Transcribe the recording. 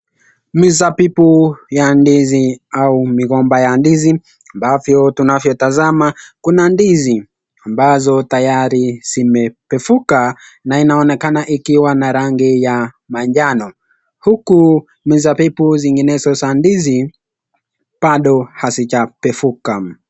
Mizabibu ya ndizi au migomba ya ndizi ambavyo tunavyotazama kuna ndizi ambazo tayari zimepevuka na inaonekana ikiwa na rangi ya manjano huku mizabibu zinginezo za ndizi bado hazijapevuka.